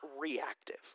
reactive